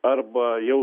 arba jau